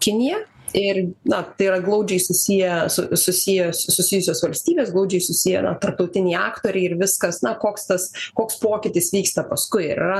kinija ir na tai yra glaudžiai susiję su susiję susijusios valstybės glaudžiai susiję tarptautiniai aktoriai ir viskas na koks tas koks pokytis vyksta paskui yra